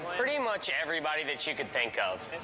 pretty much everybody that you could think of.